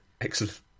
Excellent